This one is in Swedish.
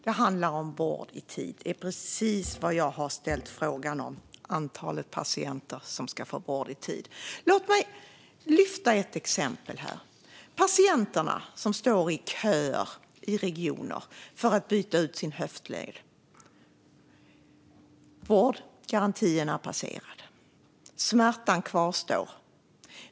Fru talman! Det handlar om vård i tid. Det är precis det som jag har ställt min fråga om - antalet patienter som ska få vård i tid. Låt mig lyfta fram ett exempel här som gäller de patienter som står i kö i regioner för att byta ut sin höftled. Vårdgarantin är passerad, men smärtan kvarstår.